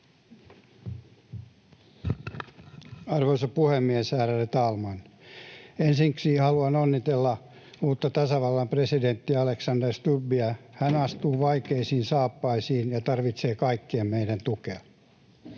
Arvoisa puhemies, ärade talman! Ensiksi haluan onnitella uutta tasavallan presidenttiä Alexander Stubbia. Hän astuu vaikeisiin saappaisiin ja tarvitsee kaikkien meidän tukea.